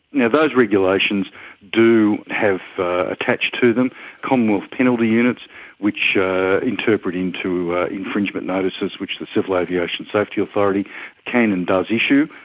yeah those regulations do have attached to them commonwealth penalty units which interpret into infringement notices which the civil aviation safety authority can and does issue.